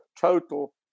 total